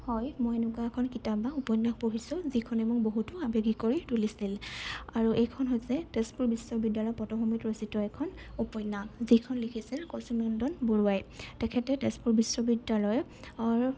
হয় মই এনেকুৱা এখন কিতাপ বা উপন্যাস এখন পঢ়িছোঁ যিখনে মোক বহুতো আবেগিক কৰি তুলিছিল আৰু এইখন হৈছে তেজপুৰ বিশ্ববিদ্যালয়ৰ পটভূমিত ৰচিত এখন উপন্যাস যিখন লিখিছিল কৌশিক নন্দন বৰুৱাই তেখেতে তেজপুৰ বিশ্ববিদ্যালয়ৰ